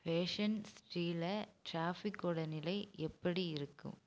fashion ஸ்ட்ரீட்ல ட்ராஃபிக்கோட நிலை எப்படி இருக்குது